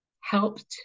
helped